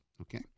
Okay